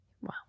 Wow